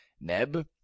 Neb